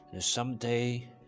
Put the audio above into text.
someday